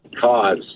cause